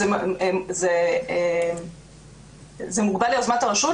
זה מוגבל ליוזמת הרשות,